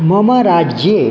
मम राज्ये